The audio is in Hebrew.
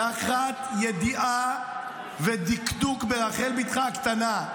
תחת ידיעה ודקדוק ברחל בתך הקטנה,